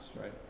right